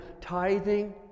Tithing